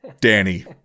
Danny